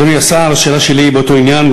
אדוני השר, השאלה שלי היא באותו עניין.